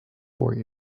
for